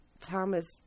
thomas